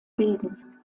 bilden